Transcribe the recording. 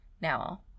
Now